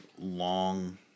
long